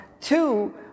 Two